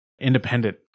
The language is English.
independent